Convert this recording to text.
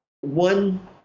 one